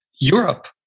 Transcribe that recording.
Europe